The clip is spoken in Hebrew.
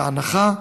בהנחה,